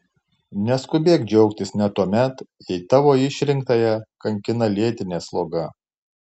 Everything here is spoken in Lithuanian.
neskubėk džiaugtis net tuomet jei tavo išrinktąją kankina lėtinė sloga